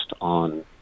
on